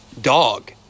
dog